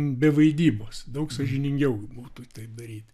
be vaidybos daug sąžiningiau būtų tai daryti